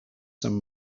some